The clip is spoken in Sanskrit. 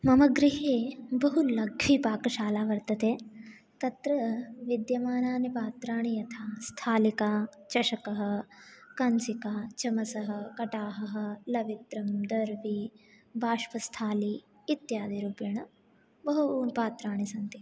मम गृहे बहुलक्षी पाकशाला वर्तते तत्र विद्यमानानि पात्राणि यथा स्थालिका चषकः कञ्चिका चमसः कटाहः लवित्रं दर्वी बाष्पस्थाली इत्यादिरूपेण बहु बहु पात्राणि सन्ति